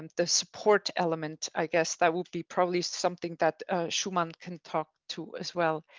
and the support element, i guess that will be probably something that someone can talk to as well.